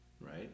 right